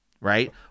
right